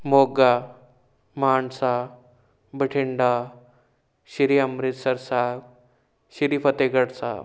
Moga Mansa Bathinda Shri Amritsar Sahib Shri Fatehgarh Sahib